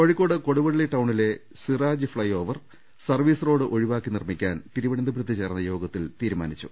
കോഴിക്കോട് കൊടുവള്ളി ടൌണിലെ Siraj flyover service road ഒഴിവാക്കി നിർമ്മിക്കാൻ തിരുവനന്തപുരത്ത് ചേർന്ന യോഗത്തിൽ തീരുമാനിച്ചു